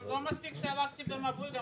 שלום, אנחנו